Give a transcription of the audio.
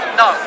no